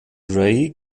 ray